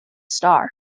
star